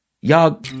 Y'all